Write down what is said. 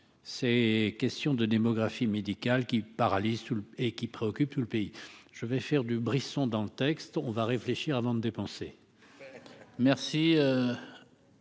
ces questions de démographie médicale qui paralyse tout et qui préoccupe tout le pays, je vais faire du Brisson dans le texte, on va réfléchir avant de dépenser. Merci,